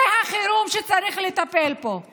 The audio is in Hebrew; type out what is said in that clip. זה החירום שצריך לטפל בו פה.